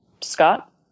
Scott